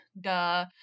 Duh